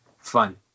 fun